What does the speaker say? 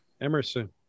Emerson